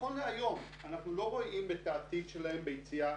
נכון להיום אנחנו לא רואים את העתיד שלהם ביציאה